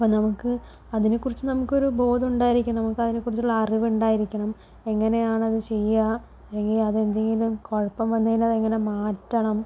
അപ്പോൾ നമുക്ക് അതിനെക്കുറിച്ച് നമുക്കൊരു ബോധം ഉണ്ടായിരിക്കും നമുക്കതിനെ കുറിച്ച് ഉള്ള അറിവുണ്ടായിരിക്കണം എങ്ങനെയാണ് അത് ചെയ്യുക അല്ലെങ്കിൽ അതെന്തെങ്കിലും കുഴപ്പം വന്നുകഴിഞ്ഞാൽ അതെങ്ങനെ മാറ്റണം